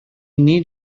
need